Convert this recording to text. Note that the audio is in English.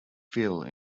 phil